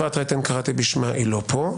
אפרת רייטן קראתי בשמה ואינה פה.